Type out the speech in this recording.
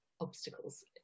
obstacles